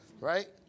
right